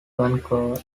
vancouver